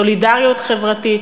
סולידריות חברתית,